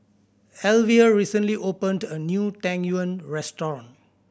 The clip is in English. Alvia recently opened a new Tang Yuen restaurant